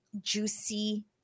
juicy